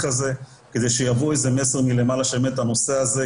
הזה כדי שיבוא איזה מסר מלמעלה שיממן את הנושא הזה,